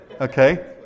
Okay